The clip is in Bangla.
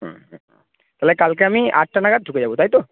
হুম হুম তাহলে কালকে আমি আটটা নাগাদ ঢুকে যাব তাই তো